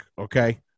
okay